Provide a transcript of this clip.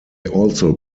also